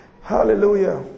Hallelujah